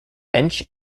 bench